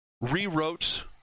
rewrote